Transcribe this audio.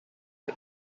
but